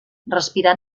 respirar